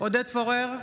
עודד פורר,